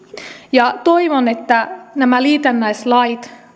toivon että nämä liitännäislait